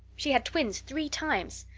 she had twins three times.